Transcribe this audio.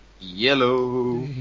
Yellow